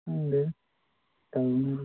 ꯈꯪꯗꯦꯗ ꯇꯧꯅꯔꯤꯁꯦ